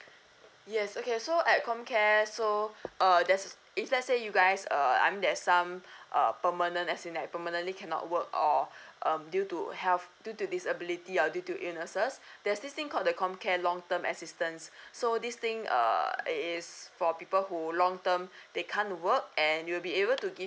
yes okay so at comcare so uh there's this if let's say you guys uh I mean there's um permanent as in like permanently cannot work or um due to health due to disability or due to illnesses there's this thing called the comcare long term assistance so this thing uh is for people who long term they can't work and you'll be able to give